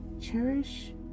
Cherish